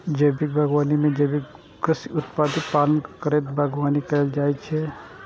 जैविक बागवानी मे जैविक कृषि पद्धतिक पालन करैत बागवानी कैल जाइ छै